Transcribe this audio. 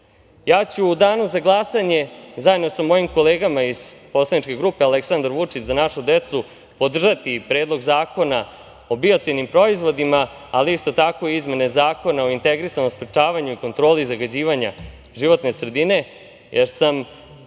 tajkune.U danu za glasanje, zajedno sa mojim kolegama iz poslaničke grupe Aleksandar Vučić – Za našu decu, podržaću Predlog zakona o biocidnim proizvodima, ali isto tako i izmene Zakona o integrisanom sprečavanju i kontroli zagađivanja životne sredine, jer sam